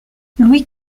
louis